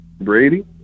Brady